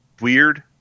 weird